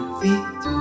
feet